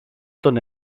τον